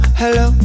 hello